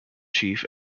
chef